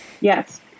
Yes